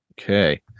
okay